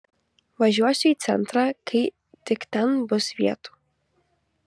važiuosiu į centrą kai tik ten bus vietų